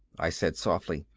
i said softly,